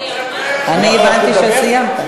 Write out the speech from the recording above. אני הבנתי שסיימת.